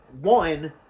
one